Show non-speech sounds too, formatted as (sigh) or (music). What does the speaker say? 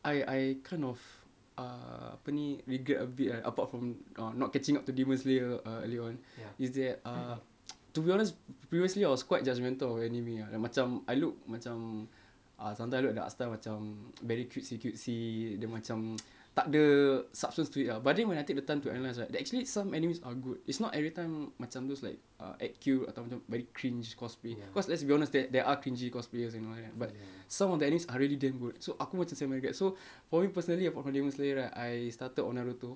I I kind of uh apa ni regret a bit right apart from um not catching up to demon slayer earlier on is that err (noise) to be honest but previously I was quite judgemental of anime ah like macam I look macam ah sometimes look at the art style macam very cutesy cutesy dia macam takda substance to it ah but then when I take the time to analyse right actually some animes are good it's not everytime macam those like uh act cute atau macam very cringe cosplay cause let's be honest there there are cringey cosplayers and all that but some of the animes are really damn good so aku macam semi regret so for me personally ah for demon slayer right I started on naruto